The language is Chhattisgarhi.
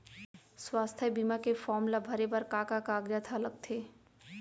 स्वास्थ्य बीमा के फॉर्म ल भरे बर का का कागजात ह लगथे?